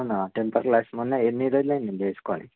అవునా tempered glass మొన్న ఎన్ని రోజులు అయ్యిందండి వేసుకొని